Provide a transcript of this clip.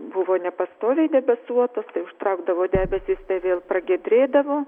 buvo nepastoviai debesuotas tai užtraukdavo debesys vėl pragiedrėdavo